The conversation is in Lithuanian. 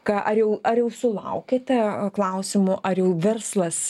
ką ar jau ar jau sulaukiate klausimų ar jau verslas